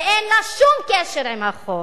ואין לה שום קשר עם החוק.